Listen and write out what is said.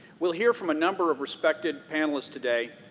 we'll hear from a number of respected panelists today.